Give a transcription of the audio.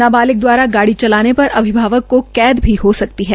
नाबालिग दवारा गाड़ी चलाने पर अभिभावक को कैद भी हो सकती है